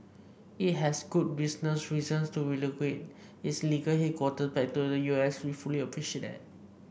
it has good business reasons to relocate its legal headquarters back to the U S and we fully appreciate that